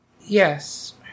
Yes